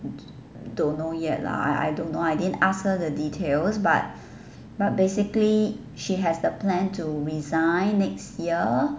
don't know yet lah I I don't know I didn't ask her the details but but basically she has the plan to resign next year